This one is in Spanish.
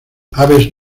aves